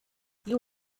you